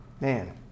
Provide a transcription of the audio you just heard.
Man